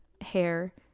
hair